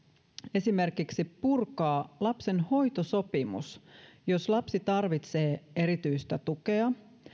esimerkiksi purkaa lapsen hoitosopimus jos lapsi tarvitsee erityistä tukea